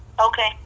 Okay